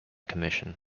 commission